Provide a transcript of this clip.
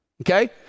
Okay